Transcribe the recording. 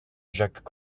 jacques